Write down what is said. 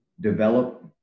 develop